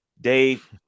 dave